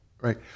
right